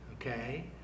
Okay